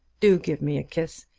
do give me a kiss.